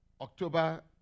October